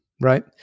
right